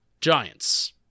giants